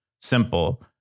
simple